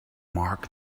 mark